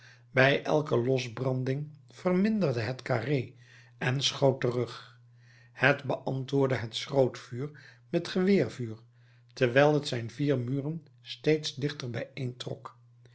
bij elke losbranding verminderde het carré en schoot terug het beantwoordde het schrootvuur met geweervuur terwijl het zijn vier muren steeds dichter